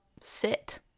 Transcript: sit